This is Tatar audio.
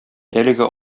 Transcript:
әлеге